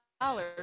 dollars